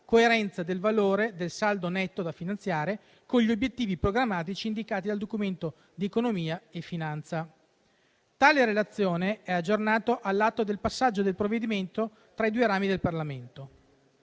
coerenza del valore del saldo netto da finanziare con gli obiettivi programmatici indicati dal Documento di economia e finanza. Tale relazione è aggiornata all'atto del passaggio del provvedimento tra i due rami del Parlamento.